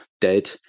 dead